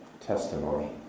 testimony